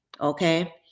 okay